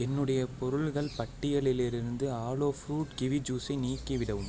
என்னுடைய பொருள்கள் பட்டியலிலிருந்து ஆலோ ஃப்ரூட் கிவி ஜூஸை நீக்கிவிடவும்